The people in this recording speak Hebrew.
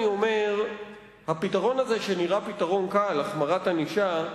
אני אומר שהפתרון הזה של החמרת ענישה,